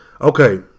Okay